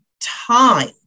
time